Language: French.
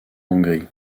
hongrie